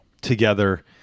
together